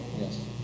Yes